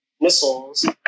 missiles